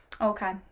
okay